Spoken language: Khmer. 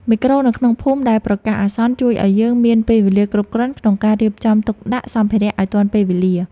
មេក្រូនៅក្នុងភូមិដែលប្រកាសអាសន្នជួយឱ្យយើងមានពេលវេលាគ្រប់គ្រាន់ក្នុងការរៀបចំទុកដាក់សម្ភារៈឱ្យទាន់ពេលវេលា។